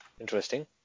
interesting